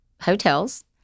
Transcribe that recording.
hotels